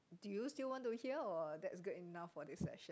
do you still want to hear or that's good enough for this section